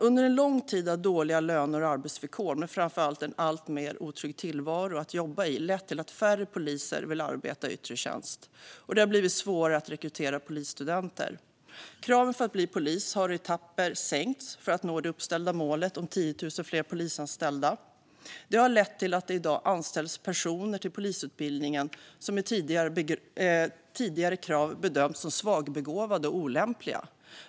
Under en lång tid har dåliga löner och arbetsvillkor men framför allt en alltmer otrygg tillvaro att jobba i lett till att färre poliser vill arbeta i yttre tjänst, och det har blivit svårare att rekrytera polisstudenter. Kraven för att bli polis har i etapper sänkts för att nå det uppställda målet om 10 000 fler polisanställda. Det har lett till att det i dag antas personer till polisutbildningen som med tidigare krav hade bedömts som svagbegåvade och olämpliga.